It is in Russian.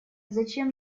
зачем